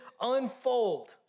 unfold